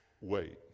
Wait